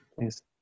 yes